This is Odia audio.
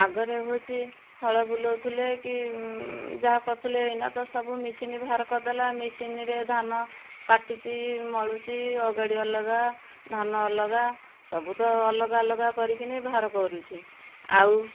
ଆଗରେ ହେଉଛି ହଳ ବୁଲଉଥିଲେ କି ଯାହା କରୁଥିଲେ ଏଇନା ତ ସବୁ ମିସିନି ବାହାର କରିଦେଲା ମିସିନିରେ ଧାନ କାଟୁଛି ମଳୁଛି ଅଗାଡ଼ି ଅଲଗା ଧାନ ଅଲଗା ସବୁ ତ ଅଲଗା ଅଲଗା କରିକିନି ବାହାର କରୁଛି ଆଉ